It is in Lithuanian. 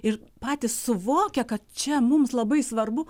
ir patys suvokia kad čia mums labai svarbu